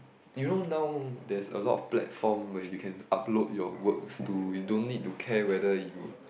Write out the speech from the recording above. you know now there's a lot of platform where you can upload your works to you don't need to care whether you